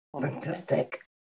Fantastic